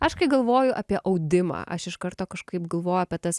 aš kai galvoju apie audimą aš iš karto kažkaip galvoju apie tas